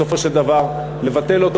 בסופו של דבר לבטל אותו.